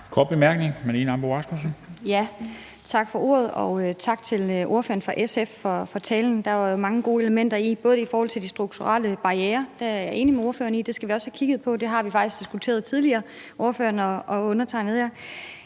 Marlene Ambo-Rasmussen (V): Tak for ordet, og tak til ordføreren fra SF for talen. Der var jo mange gode elementer i den. I forhold til de strukturelle barrierer er jeg enig med ordføreren i, at det skal vi også have kigget på; det har ordføreren og undertegnede her